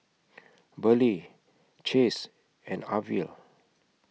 Burley Chace and Arvil